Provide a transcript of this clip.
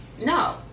No